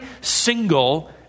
single